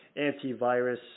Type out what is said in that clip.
antivirus